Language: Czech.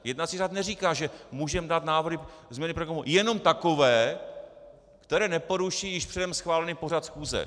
Jednací řád neříká, že můžeme dát návrhy změny programu jenom takové, které neporuší již předem schválený pořad schůze.